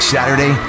Saturday